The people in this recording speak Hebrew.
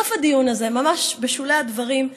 בסוף הדיון הזה, ממש בשולי הדברים,